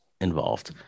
involved